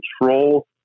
control